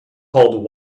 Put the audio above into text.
called